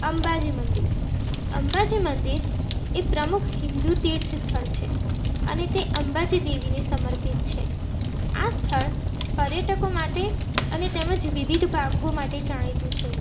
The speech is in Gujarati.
અંબાજી મંદિર અંબાજી મંદિર એ પ્રમુખ હિન્દુ તીર્થ સ્થળ છે અને તે અંબાજી દેવીને સમર્પિત છે આ સ્થળ પર્યટકો માટે અને તેમજ વિવિધ ભાગો માટે જાણીતું છે